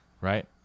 right